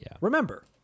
Remember